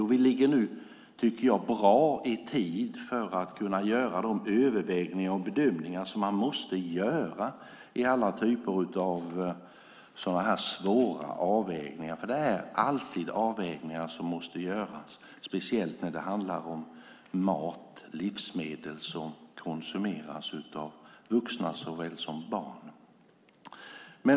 I tid ligger vi nu, tycker jag, bra till för att kunna göra de övervägningar och bedömningar som vid alla typer av så här svåra avvägningar måste göras. Det är alltid avvägningar som måste göras, speciellt när det handlar om mat, livsmedel, som konsumeras av såväl vuxna som barn.